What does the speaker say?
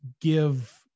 give